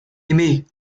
aimée